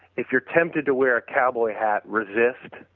if you are tempted to wear a cowboy hat, resist.